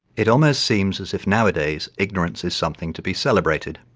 it almost seems as if nowadays ignorance is something to be celebrated.